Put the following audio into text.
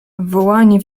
wołanie